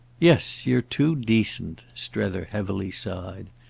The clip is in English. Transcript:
yes, you're too decent! strether heavily sighed.